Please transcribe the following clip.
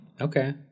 Okay